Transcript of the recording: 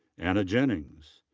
anna jennings.